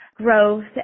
growth